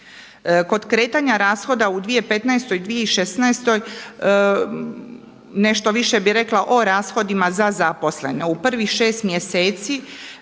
Kod kretanja rashoda u 2015. i 2016. nešto više bih rekla o rashodima za zaposlene. U prvih šest mjeseci